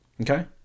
Okay